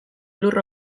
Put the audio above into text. lur